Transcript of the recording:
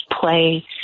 play